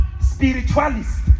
spiritualist